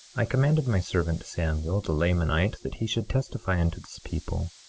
i commanded my servant samuel, the lamanite, that he should testify unto this people,